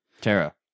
Tara